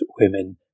women